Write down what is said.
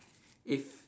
if